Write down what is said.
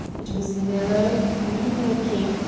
it was narrow, mean-looking,